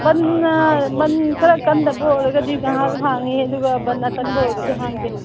ꯕꯟ ꯑꯥ ꯕꯟ ꯈꯔ ꯀꯟꯗꯕ ꯑꯣꯏꯔꯒꯗꯤ ꯉꯥꯏꯍꯥꯛ ꯍꯥꯡꯏ ꯑꯗꯨꯒ ꯕꯟ ꯑꯀꯟꯕ ꯑꯣꯏꯔꯒꯗꯤ ꯍꯥꯡꯗꯦ